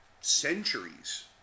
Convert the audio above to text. centuries